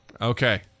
Okay